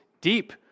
deep